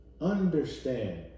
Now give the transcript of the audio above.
understand